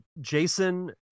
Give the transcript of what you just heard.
Jason